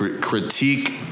critique